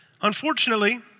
Unfortunately